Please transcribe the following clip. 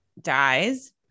dies